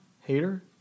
Hater